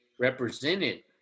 represented